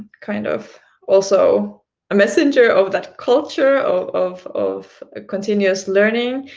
kind of also a messenger of that culture of of continuous learning,